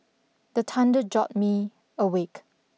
the thunder jolt me awake